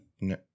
No